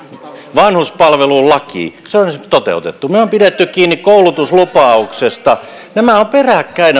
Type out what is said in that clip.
vanhuspalvelulain se on toteutettu me olemme pitäneet kiinni koulutuslupauksesta nämä vaalikaudet ovat peräkkäin